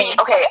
Okay